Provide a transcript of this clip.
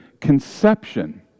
conception